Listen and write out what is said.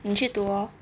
你去读 ah